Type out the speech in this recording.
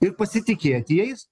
ir pasitikėti jais